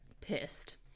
pissed